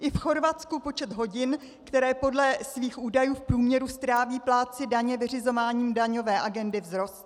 I v Chorvatsku počet hodin, které podle svých údajů v průměru stráví plátci daně vyřizováním daňové agendy, vzrostl.